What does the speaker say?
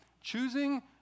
choosing